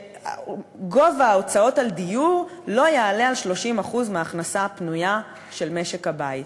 שגובה ההוצאות על דיור לא יעלה על 30% מההכנסה הפנויה של משק-הבית,